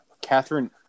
Catherine